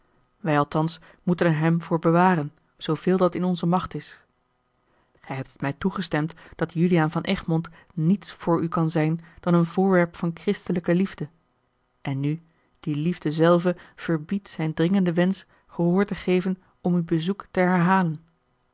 wij althans moeten er hem voor bewaren zooveel dat in onze macht is gij hebt het mij toegestemd dat juliaan van egmond niets voor u kan zijn dan een voorwerp van christelijke liefde en nu die liefde zelve verbiedt zijn dringenden wensch gehoor te geven om uw bezoek te herhalen